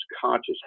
conscious